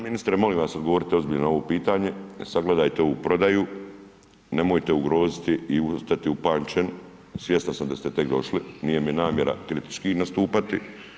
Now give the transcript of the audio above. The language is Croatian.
Ministra molim vas odgovorite ozbiljno na ovo pitanje, sagledajte ovu prodaju, nemojte ugroziti i ostati upamćen, svjestan sam da ste tek došli, nije mi namjera kritički nastupati.